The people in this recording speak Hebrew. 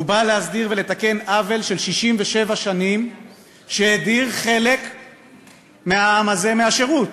הוא בא להסדיר ולתקן עוול של 67 שנים שהדיר חלק מהעם הזה מהשירות,